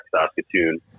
saskatoon